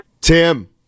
Tim